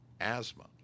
asthma